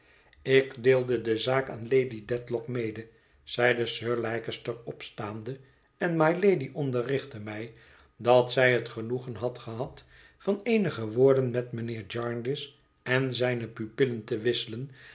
ik deelde de zaak aan lady dedlock mede zeide sir leicester opstaande en mylady onderrichtte mij dat zij het genoegen had gehad van eenige woorden met mijnheer jarndyce en zijne pupillen te wisselen